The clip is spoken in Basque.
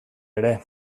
ere